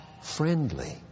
friendly